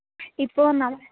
ഇപ്പോൾ ഒന്നാമത്